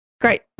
Great